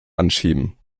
anschieben